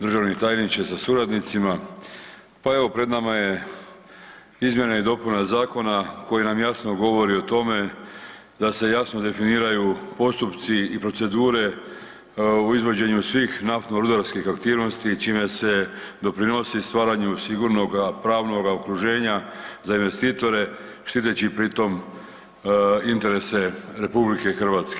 Državni tajniče sa suradnicima, pa evo pred nama je izmjena i dopuna zakona koji nam jasno govori o tome da se jasno definiraju postupci i procedure o izvođenju svih naftno-rudarskih aktivnosti čime se doprinosi stvaranju sigurnoga pravnoga okruženja za investitore štiteći pri tom interese RH.